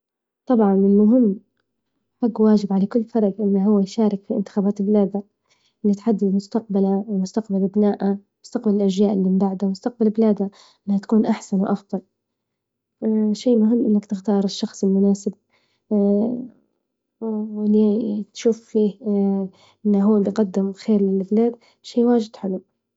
طبعا المهم حق واجب على كل فرد إنه هو يشارك في إنتخابات بلاده، إنه يحدد مستقبله ومستقبل أبناءه مستقبل الأشياء اللي من بعده مستقبل بلاده إنها تكون أحسن وأفضل شيء مهم إنك تختار الشخص المناسب اللي تشوف فيه إنه هو تقدم خير للبلاد شيء واجد حلو.